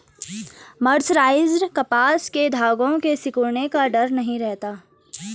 mercerised कपास के धागों के सिकुड़ने का डर नहीं रहता